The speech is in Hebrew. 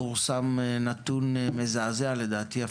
פורסם נתון מזעזע לדעתי,